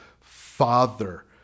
Father